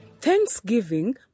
Thanksgiving